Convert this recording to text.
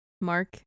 Mark